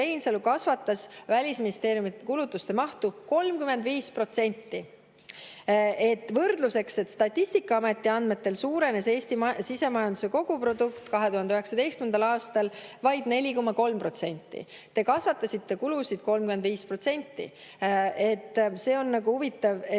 kasvatas Välisministeeriumi kulutuste mahtu 35%. Võrdluseks: Statistikaameti andmetel suurenes Eesti sisemajanduse kogutoodang 2019. aastal vaid 4,3%. Te kasvatasite kulusid 35%. See on huvitav, et